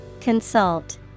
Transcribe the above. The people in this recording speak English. Consult